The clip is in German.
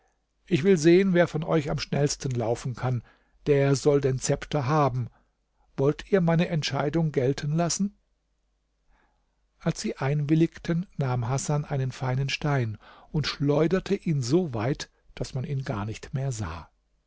ich will sehen wer von euch am schnellsten laufen kann der soll den zepter haben wollt ihr meine entscheidung gelten lassen als sie einwilligten nahm hasan einen feinen stein und schleuderte ihn so weit daß man ihn gar nicht mehr sah